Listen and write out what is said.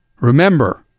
Remember